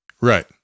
Right